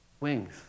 wings